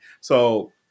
So-